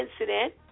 incident